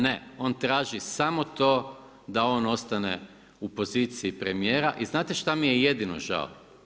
Ne, on traži samo to da on ostane u poziciji premijera i znate šta mi je jedino žao?